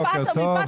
בוקר טוב,